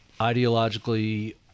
ideologically